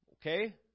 Okay